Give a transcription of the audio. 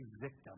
victim